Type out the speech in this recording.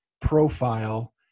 profile